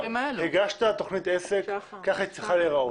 הגשת תוכנית עסק, כך היא צריכה להיראות.